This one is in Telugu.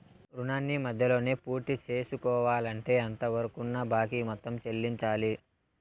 రుణాన్ని మధ్యలోనే పూర్తిసేసుకోవాలంటే అంతవరకున్న బాకీ మొత్తం చెల్లించాలి